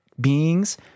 beings